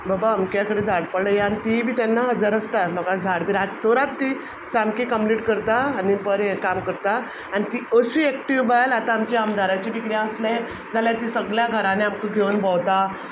बाबा अमक्या कडेन झाड पडलें येयात आनी तीय बीन तेन्ना हाजीर आसता लोकां झाड बीन रातो रात ती सामकी कम्पलीट करता आनी बरें काम करता आनी ती अशी एकटिव्ह बायल आतां आमचे आमदाराचें बीन कितें आसलें जाल्यार ती सगळ्या घरांनीं आमकां घेवन भोंवता